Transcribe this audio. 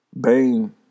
Bane